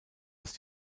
dass